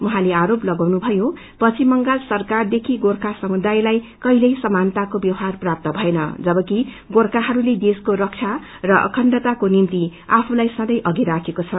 उहाँले आरोप लगाउनुभयो पश्चिम बंगाल सरकारदेखि गोर्खा समुदायलाई कहिल्यै समानताको व्यवहार प्राप्त भएन जबकि गोर्खाहरूले देशको रक्षा र अखण्डताको निति आफूलाई सँवै अघि राखेको छ